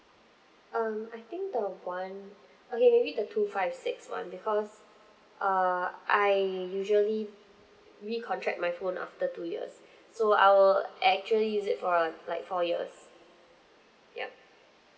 um I think the one okay okay maybe the two five six one because err I usually re-contract my phone after two years so I will actually use it for uh like like four years yup